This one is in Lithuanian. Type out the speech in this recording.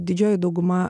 didžioji dauguma